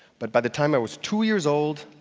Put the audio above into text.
but by the time i was two years old,